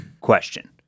question